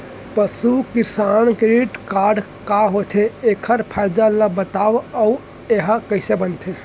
पसु किसान credit card का होथे, एखर फायदा ला बतावव अऊ एहा कइसे बनथे?